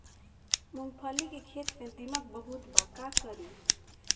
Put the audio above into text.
मूंगफली के खेत में दीमक बहुत बा का करी?